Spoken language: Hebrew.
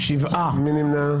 מי נמנע?